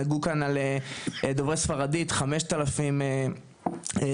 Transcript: דיברו פה על דוברי ספרדית 5,000 לומדים,